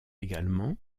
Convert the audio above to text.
également